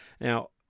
now